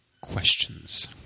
Questions